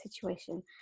situation